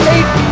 Eight